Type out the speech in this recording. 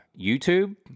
YouTube